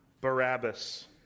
Barabbas